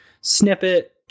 snippet